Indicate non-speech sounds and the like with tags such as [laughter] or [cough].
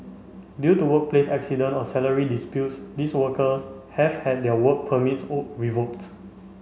due to workplace accident or salary disputes these workers have had their work permits [unintelligible] revoked